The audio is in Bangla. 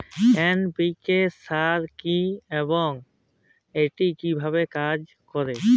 এন.পি.কে সার কি এবং এটি কিভাবে কাজ করে?